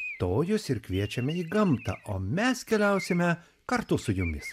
stojus ir kviečiame į gamtą o mes keliausime kartu su jumis